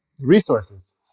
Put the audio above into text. resources